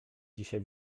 dzisiaj